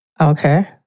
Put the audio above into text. Okay